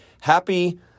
happy